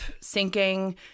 sinking